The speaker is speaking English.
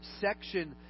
section